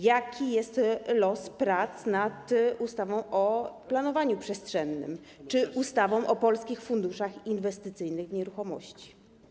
Jaki jest los prac nad ustawą o planowaniu przestrzennym czy ustawą o polskich funduszach inwestycyjnych w nieruchomości?